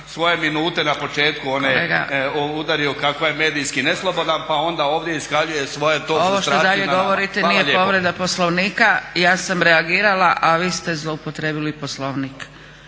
svoje minute na početku one udario kako je medijski neslobodan pa onda ovdje iskaljuje svoje frustracije na nama. Hvala lijepo. **Zgrebec, Dragica (SDP)** Ovo što dalje govorite nije povreda Poslovnika. Ja sam reagirala, a vi ste zloupotrijebili Poslovnik.